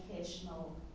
educational